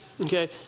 Okay